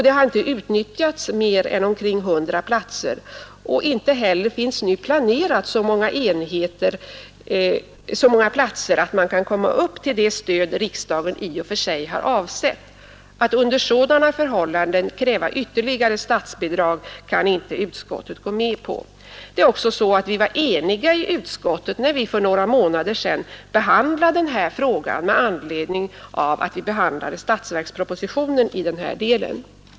Det har inte utnyttjats för mer än omkring 100 platser. Inte heller finns det nu så många platser planerade att man kan få till stånd det stöd riksdagen har avsett. Under sådana förhållanden kan inte utskottet tillstyrka ytterligare statsbidrag. Dessutom var vi i utskottet eniga när vi för några månader sedan behandlade denna fråga i samband med behandlingen av statsverkspropositionen i denna del.